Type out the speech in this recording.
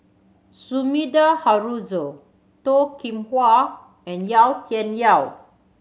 Sumida Haruzo Toh Kim Hwa and Yau Tian Yau